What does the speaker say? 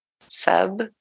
sub